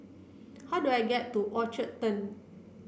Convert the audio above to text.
how do I get to Orchard Turn